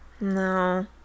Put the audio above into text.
No